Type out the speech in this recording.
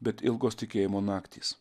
bet ilgos tikėjimo naktys